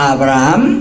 Abraham